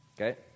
okay